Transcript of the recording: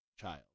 child